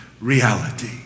reality